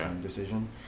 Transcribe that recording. decision